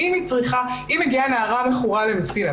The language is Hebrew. מי שיכול לפתוח מעון ממשלתי במדינת ישראל זה המדינה,